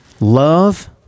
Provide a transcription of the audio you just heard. Love